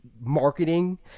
marketing